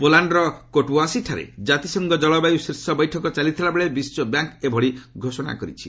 ପୋଲାଣ୍ଡର କୋଟୱାସିଠାରେ ଜାତିସଂଘ ଜଳବାୟୁ ଶୀର୍ଷ ବୈଠକ ଚାଲିଥିଲା ବେଳେ ବିଶ୍ୱ ବ୍ୟାଙ୍କ୍ ଏଭଳି ଘୋଷଣା କରିଛି